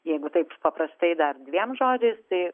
jeigu taip paprastai dar dviem žodžiais tai